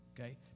okay